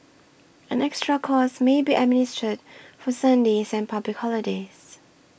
an extra cost may be administered for Sundays and public holidays